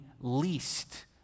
least